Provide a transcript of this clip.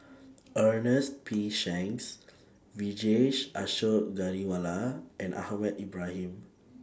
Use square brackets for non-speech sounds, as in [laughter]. [noise] Ernest P Shanks Vijesh Ashok Ghariwala and Ahmad Ibrahim